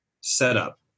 setup